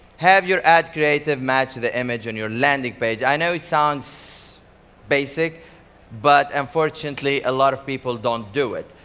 have your ad creative match to the image on your landing page. i know it sounds basic but unfortunately, a lot of people don't do it.